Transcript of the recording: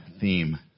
theme